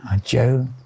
Joe